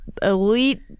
elite